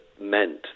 meant